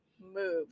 move